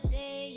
day